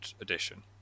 edition